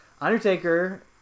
Undertaker